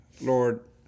lord